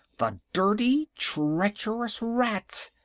the dirty treacherous rats!